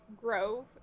Grove